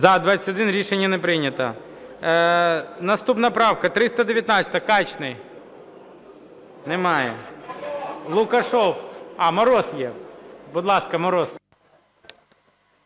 За-21 Рішення не прийнято. Наступна правка 319-а, Качний. Немає. Лукашев. А, Мороз є. Будь ласка, Мороз.